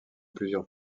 plusieurs